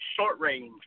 short-range